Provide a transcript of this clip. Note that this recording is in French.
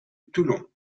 toulon